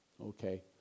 okay